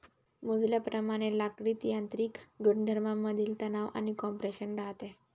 मोजल्याप्रमाणे लाकडीत यांत्रिक गुणधर्मांमधील तणाव आणि कॉम्प्रेशन राहते